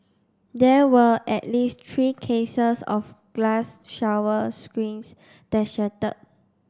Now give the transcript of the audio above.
there were at least three cases of glass shower screens that shattered